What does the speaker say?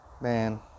man